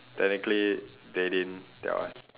technically they didn't tell us